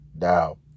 Now